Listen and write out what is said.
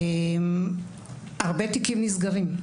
הרבה תיקים נסגרים.